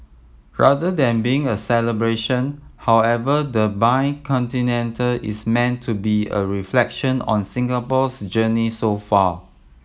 rather than being a celebration however the is meant to be a reflection on Singapore's journey so far